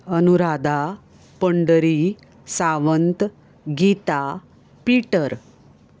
Anuradha Pandhari Sawant Gita Peter